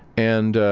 and,